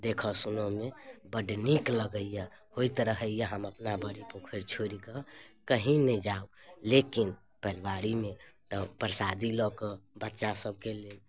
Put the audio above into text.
देखऽ सुनऽमे बड़ नीक लगैए होइत रहैए हम अपना बड़ी पोखरि छोड़िकऽ कहीँ नहि जाउ लेकिन पलिवारीमे तऽ परसादी लऽ कऽ बच्चासबके लेल